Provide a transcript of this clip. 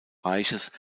reiches